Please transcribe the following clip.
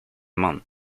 month